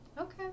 Okay